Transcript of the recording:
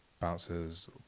bouncers